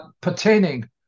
pertaining